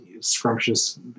scrumptious